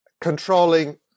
controlling